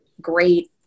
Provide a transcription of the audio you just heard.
great